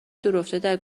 دورافتاده